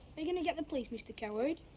you going to get the police, mister coward?